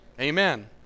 Amen